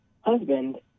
husband